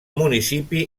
municipi